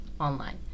online